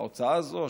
ההוצאה הזאת,